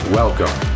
welcome